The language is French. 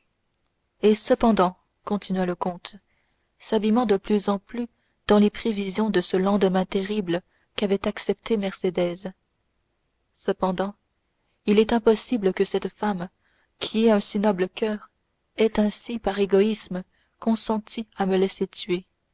et cependant continua le comte s'abîmant de plus en plus dans les prévisions de ce lendemain terrible qu'avait accepté mercédès cependant il est impossible que cette femme qui est un si noble coeur ait ainsi par égoïsme consenti à me laisser tuer